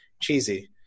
cheesy